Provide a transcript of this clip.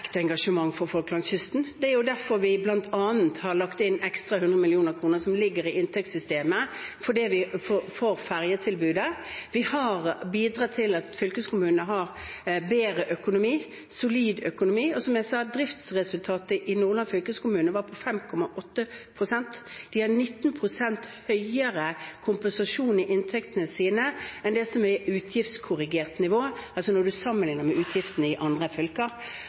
lagt inn ekstra 100 mill. kr, som ligger i inntektssystemet, for fergetilbudet. Vi har bidratt til at fylkeskommunene har bedre økonomi, solid økonomi, og, som jeg sa, driftsresultatet i Nordland fylkeskommune var på 5,8 pst. De har 19 pst. høyere kompensasjon i inntektene sine enn det som er utgiftskorrigert nivå, altså når man sammenligner med utgiftene i andre fylker.